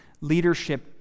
leadership